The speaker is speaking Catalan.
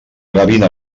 gavina